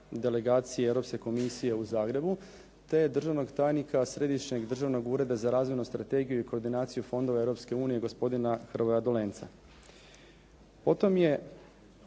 delegacije Europske komisije u Zagrebu te državnog tajnika Središnjeg državnog ureda za razvojnu strategiju i koordinaciju fondova Europske unije gospodina Hrvoja Dolenca. Potom je